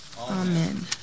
Amen